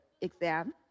exam